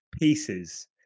pieces